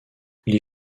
les